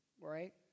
right